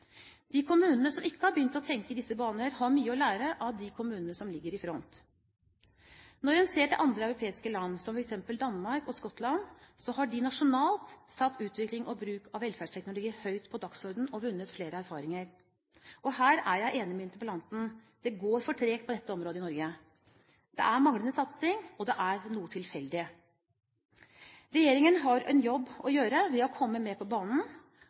kommunene som ikke har begynt å tenke i disse baner, har mye å lære av de kommunene som ligger i front. Når en ser til andre europeiske land, som f.eks. Danmark og Skottland, har de nasjonalt satt utvikling og bruk av velferdsteknologi høyt på dagsordenen og vunnet flere erfaringer. Her er jeg enig med interpellanten: Det går for tregt på dette området i Norge. Det er manglende satsing, og det er noe tilfeldig. Regjeringen har en jobb å gjøre med å komme mer på banen